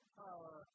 power